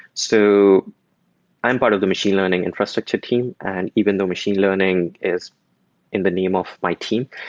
so i'm part of the machine learning infrastructure team, and even though machine learning is in the name of my team,